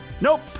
Nope